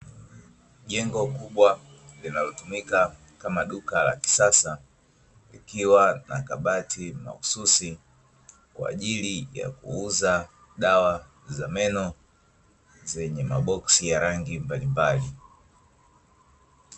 Jengo kubwa linalotumika kama duka la kisasa likiwa na makabati mahususi, kwa ajili ya kuuza dawa za meno zenye maboksi ya rangi mbalimbali.